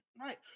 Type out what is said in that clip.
right